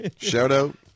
shout-out